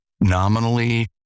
nominally